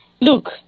Look